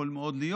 יכול מאוד להיות